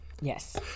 Yes